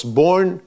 born